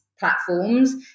Platforms